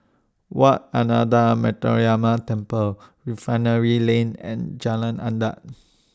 Wat Ananda Metyarama Temple Refinery Lane and Jalan Adat